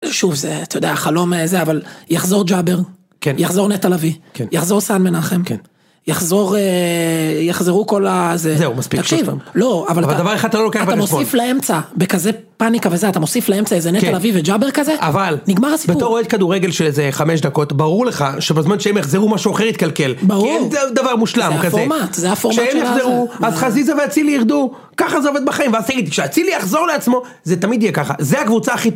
שוב זה אתה יודע חלום הזה אבל יחזור ג'אבר, יחזור נטל אבי, יחזור סן מנחם, יחזור, יחזרו כל הזה, זהו מספיק, תקשיב, לא, אבל דבר אחד אתה לא לוקח בגבול, אתה מוסיף לאמצע, בכזה פאניקה וזה, אתה מוסיף לאמצע איזה נטל אבי וג'אבר כזה, אבל, נגמר הסיפור, בתור אוהד כדורגל של איזה 5 דקות, ברור לך שבזמן שהם יחזרו משהו אחר יתקלקל, ברור, כי אין דבר מושלם כזה, זה הפורמט, זה הפורמט של הזה, כשהם יחזרו, אז חזיזה ואצילי ירדו. ככה זה עובד בחיים. שאצילי יחזור לעצמו זה תמיד יהיה ככה. זה הקבוצה הכי טובה